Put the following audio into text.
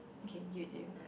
okay you do